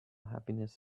happiness